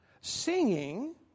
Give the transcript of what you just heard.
Singing